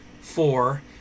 four